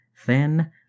thin